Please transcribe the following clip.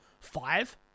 Five